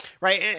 Right